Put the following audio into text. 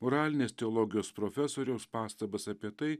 moralinės teologijos profesoriaus pastabas apie tai